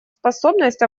способность